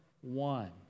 one